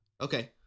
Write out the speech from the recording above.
Okay